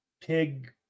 pig